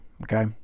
okay